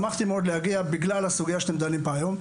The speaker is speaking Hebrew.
שמחתי מאוד להגיע, בגלל הסוגיה שאתם דנים בה היום.